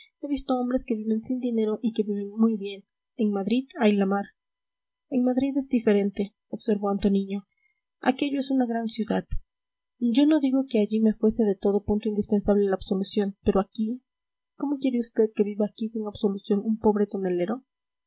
he visto hombres que viven sin dinero y que viven muy bien en madrid hay la mar en madrid es diferente observó antoniño aquello es una gran ciudad yo no digo que allí me fuese de todo punto indispensable la absolución pero aquí cómo quiere usted que viva aquí sin absolución un pobre